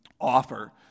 offer